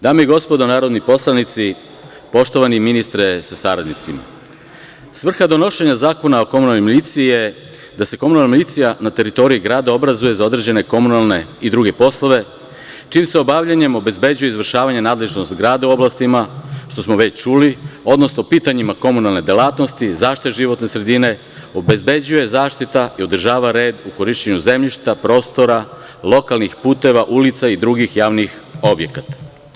Dame i gospodo, narodni poslanici, poštovani ministre sa saradnicima, svrha donošenja zakona o komunalnoj miliciji je da se komunalna milicija na teritoriji grada obrazuje za određene komunalne i druge poslove čim se obavljanjem obezbeđuje izvršavanje nadležnost grada u oblastima, što smo već čuli, odnosno, pitanjima komunalne delatnosti, zaštite životne sredine, obezbeđuje zaštita i održava red u korišćenju zemljišta, prostora, lokalnih puteva, ulica i drugih javnih objekata.